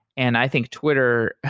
and i think twitter,